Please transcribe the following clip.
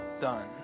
done